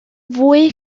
fwy